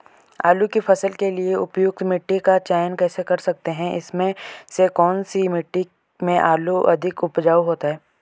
आलू की फसल के लिए उपयुक्त मिट्टी का चयन कैसे कर सकते हैं इसमें से कौन सी मिट्टी में आलू अधिक उपजाऊ होता है?